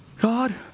God